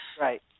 Right